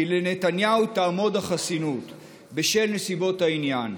לנתניהו תעמוד החסינות בשל נסיבות העניין,